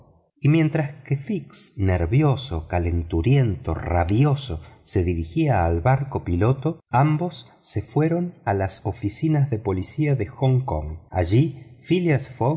y mientras que fix nervioso calenturiento rabioso se dirigía al barco piloto ambos se fueron a las oficinas de la policía de hong kong allí phileas